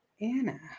Anna